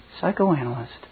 psychoanalyst